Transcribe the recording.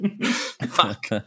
Fuck